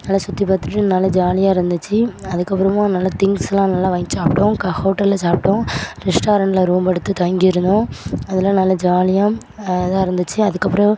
நல்லா சுற்றி பார்த்துட்டு நல்ல ஜாலியாக இருந்துச்சு அதுக்கப்புறமா நல்லா திங்ஸெலாம் நல்லா வாங்கி சாப்பிட்டோம் க ஹோட்டலில் சாப்பிட்டோம் ரெஸ்டாரண்ட்டில் ரூம் எடுத்து தங்கி இருந்தோம் அதெலாம் நல்லா ஜாலியாக இதாக இருந்துச்சு அதுக்கப்புறம்